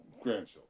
grandchildren